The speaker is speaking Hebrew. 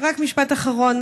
משפט אחרון.